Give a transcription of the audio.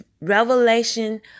revelation